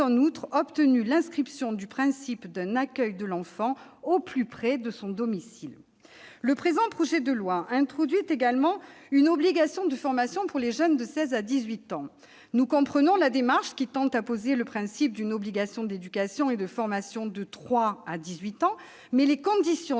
en outre, obtenu l'inscription du principe d'un accueil de l'enfant au plus près de son domicile. Le présent projet de loi introduit également une obligation de formation pour les jeunes de 16 ans à 18 ans. Nous comprenons la démarche qui tend à poser le principe d'une obligation d'éducation et de formation de 3 ans à 18 ans, mais les conditions